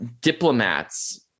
diplomats